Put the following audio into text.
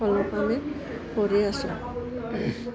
কৰি আছোঁ